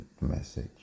message